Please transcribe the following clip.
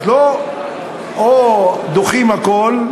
אז לא דוחים הכול,